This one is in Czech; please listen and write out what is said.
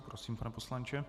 Prosím, pane poslanče.